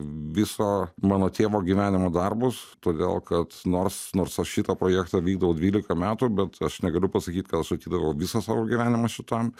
viso mano tėvo gyvenimo darbus todėl kad nors nors aš šitą projektą vykdau dvylika metų bet aš negaliu pasakyt kad aš atidaviau visą savo gyvenimą šitam